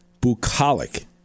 bucolic